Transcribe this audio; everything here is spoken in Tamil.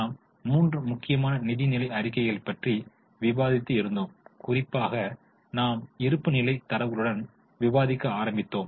நாம் மூன்று முக்கியமான நிதிநிலை அறிக்கைகள் பற்றி விவாதித்து இருந்தோம் குறிப்பாக நாம் இருப்புநிலைக் தரவுகளுடன் விவாதிக்க ஆரம்பித்தோம்